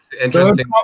Interesting